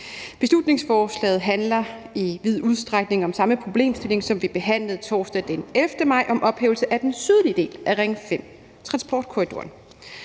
Beslutningsforslaget handler i vid udstrækning om samme problemstilling, som vi behandlede torsdag den 11. maj i et forslag om ophævelse af den sydlige del af Ring 5-transportkorridoren,